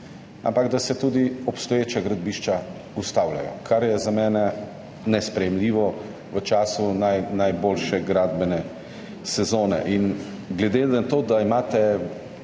ampak se tudi obstoječa gradbišča ustavljajo, kar je za mene nesprejemljivo v času najboljše gradbene sezone. Glede na to, da imate